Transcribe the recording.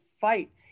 fight